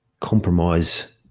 compromise